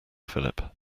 philip